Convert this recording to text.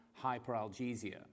hyperalgesia